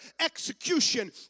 execution